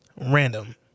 Random